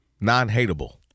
non-hateable